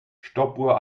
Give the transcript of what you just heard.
stoppuhr